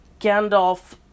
Gandalf